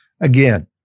Again